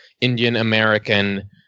Indian-American